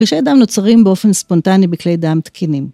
קרישי דם נוצרים באופן ספונטני בכלי דם תקינים.